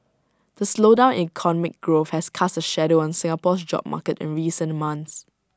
the slowdown in economic growth has cast A shadow on Singapore's job market in recent months